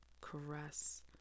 caress